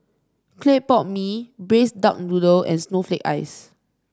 Clay Pot Mee Braised Duck Noodle and Snowflake Ice